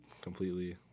completely